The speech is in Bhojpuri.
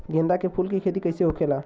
गेंदा के फूल की खेती कैसे होखेला?